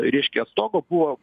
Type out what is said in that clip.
reiškia stogo buvo